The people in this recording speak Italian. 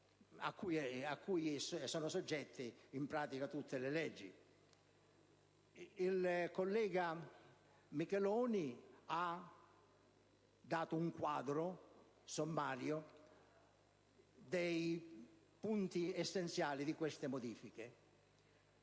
Il collega Micheloni ha delineato un quadro sommario dei punti essenziali di queste modifiche,